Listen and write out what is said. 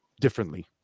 differently